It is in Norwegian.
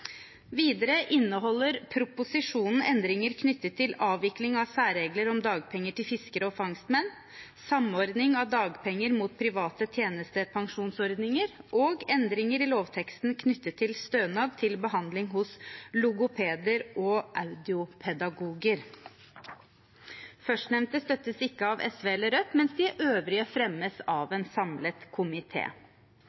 Videre inneholder proposisjonen endringer knyttet til avvikling av særregler om dagpenger til fiskere og fangstmenn, samordning av dagpenger mot private tjenestepensjonsordninger og endringer i lovteksten knyttet til stønad til behandling hos logopeder og audiopedagoger – førstnevnte støttes ikke av SV og Rødt, mens de øvrige fremmes av